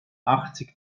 achtzig